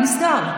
מה נסגר?